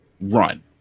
run